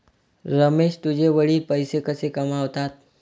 रमेश तुझे वडील पैसे कसे कमावतात?